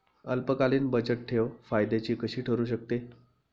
अल्पकालीन बचतठेव फायद्याची कशी ठरु शकते?